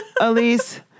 Elise